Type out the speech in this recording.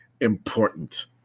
important